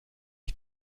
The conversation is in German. ich